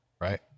Right